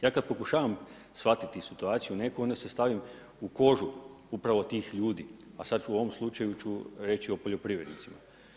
Ja kada pokušavam shvatiti situaciju neku, onda se stavim u kožu upravo tih ljudi, a sada ću u ovom slučaju reći o poljoprivrednicima.